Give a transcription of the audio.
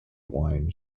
wine